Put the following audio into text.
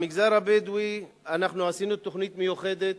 במגזר הבדואי אנחנו עשינו תוכנית מיוחדת